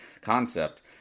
concept